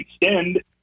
extend